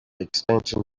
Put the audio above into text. extensions